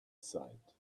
sight